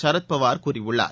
ஷரத் பவார் கூறியுள்ளார்